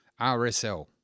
RSL